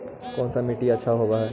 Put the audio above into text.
कोन सा मिट्टी अच्छा होबहय?